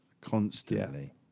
constantly